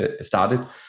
started